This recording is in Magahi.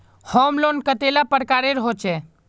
होम लोन कतेला प्रकारेर होचे?